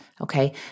Okay